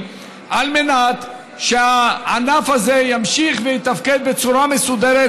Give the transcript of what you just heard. על מנת שהענף הזה ימשיך ויתפקד בצורה מסודרת,